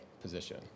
position